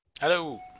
Hello